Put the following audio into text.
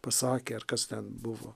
pasakė ar kas ten buvo